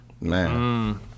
man